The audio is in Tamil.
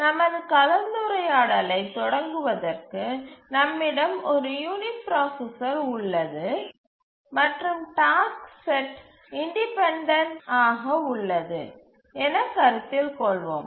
நமது கலந்துரையாடலை தொடங்குவதற்கு நம்மிடம் ஒரு யூனிபிராசசர் உள்ளது மற்றும் டாஸ்க்கு செட் இன்டிபென்டன்ட் ஆக உள்ளது என கருத்தில் கொள்வோம்